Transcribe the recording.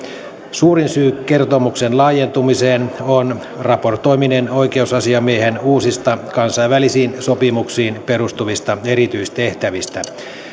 suurin syy kertomuksen laajentumiseen on raportoiminen oikeusasiamiehen uusista kansainvälisiin sopimuksiin perustuvista erityistehtävistä